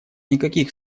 никаких